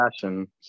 passion